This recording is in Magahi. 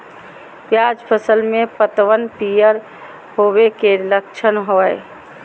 प्याज फसल में पतबन पियर होवे के की लक्षण हय?